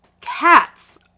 cats